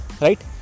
right